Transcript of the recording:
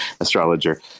astrologer